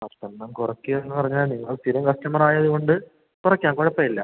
പത്തെണ്ണം കുറയ്ക്കാന്ന് പറഞ്ഞാ നിങ്ങൾ സ്ഥിരം കസ്റ്റമറായത് കൊണ്ട് കുറയ്ക്കാം കുഴപ്പമില്ല